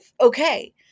Okay